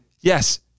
yes